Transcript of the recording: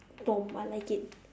bomb I like it